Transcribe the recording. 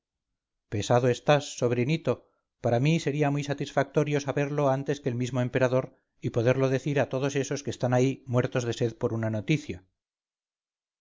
pesado estás sobrino para mí sería muy satisfactorio saberlo antes que el mismo emperador y poderlo decir a todos esos que están ahí muertos de sed por una noticia